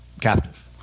captive